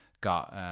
got